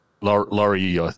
Laurie